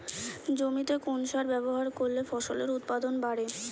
জমিতে কোন সার ব্যবহার করলে ফসলের উৎপাদন বাড়ে?